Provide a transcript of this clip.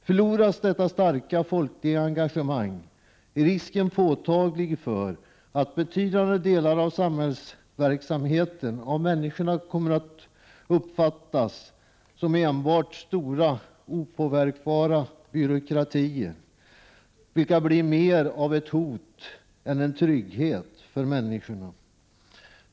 Förloras detta starka folkliga engagemang är risken påtaglig för att betydande delar av samhällsverksamheten av människorna kommer att uppfattas som enbart stora opåverkbara byråkratier, vilka blir mer av ett hot än en trygghet för människorna.